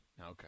Okay